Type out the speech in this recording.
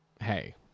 hey